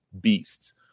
beasts